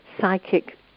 psychic